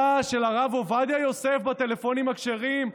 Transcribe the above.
של הרב עובדיה יוסף בטלפונים הכשרים,